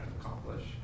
accomplish